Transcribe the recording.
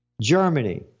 Germany